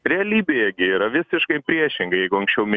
realybėje gi yra visiškai priešingai jeigu anksčiau